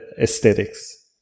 aesthetics